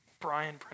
Brian